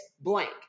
blank